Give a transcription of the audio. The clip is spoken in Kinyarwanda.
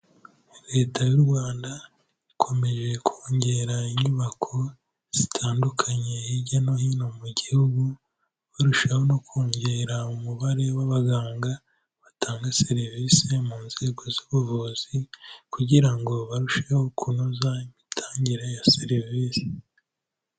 Leta y'u Rwanda ikomeje kongera inyubako zitandukanye hirya no hino mu gihugu, barushaho no kongera umubare w'abaganga batanga serivisi mu nzego z'ubuvuzi kugira ngo barusheho kunoza imitangire ya serivisi.